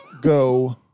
go